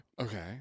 Okay